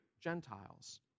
Gentiles